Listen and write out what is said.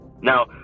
Now